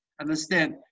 understand